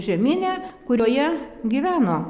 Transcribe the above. žeminę kurioje gyveno